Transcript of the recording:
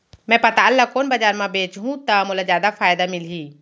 मैं पताल ल कोन बजार म बेचहुँ त मोला जादा फायदा मिलही?